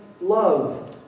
love